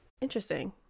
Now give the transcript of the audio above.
Interesting